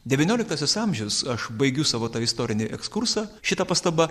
devynioliktasis amžius aš baigiu savo tą istorinį ekskursą šita pastaba